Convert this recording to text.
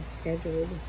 scheduled